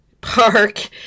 park